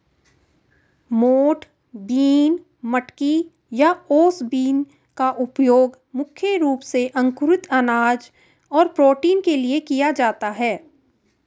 मोठ बीन, मटकी या ओस बीन का उपयोग मुख्य रूप से अंकुरित अनाज और प्रोटीन के लिए किया जाता है